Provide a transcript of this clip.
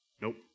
nope